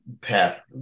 path